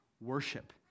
worship